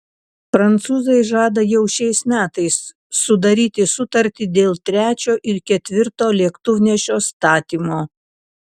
prancūzai žada jau šiais metais sudaryti sutartį dėl trečio ir ketvirto lėktuvnešio statymo